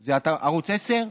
זה ערוץ 10,